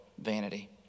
vanity